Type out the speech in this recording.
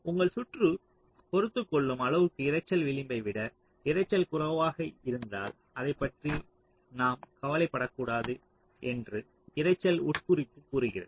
உங்கள் சுற்று பொறுத்துக்கொள்ளும் அளவுக்கு இரைச்சல் விளிம்பை விட இரைச்சல் குறைவாக இருந்தால் அதைப் பற்றி நாம் கவலைப்படக்கூடாது என்று இரைச்சல் உட்குறிப்பு கூறுகிறது